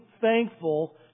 thankful